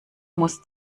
muss